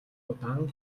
удаан